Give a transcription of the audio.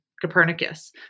Copernicus